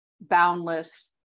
boundless